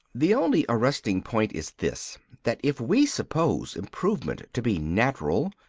the only arresting point is this that if we suppose improvement to be natural,